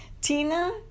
Tina